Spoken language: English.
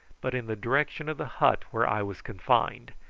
but in the direction of the hut where i was confined,